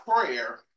prayer